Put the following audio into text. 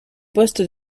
poste